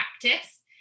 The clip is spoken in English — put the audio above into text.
practice